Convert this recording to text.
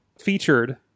featured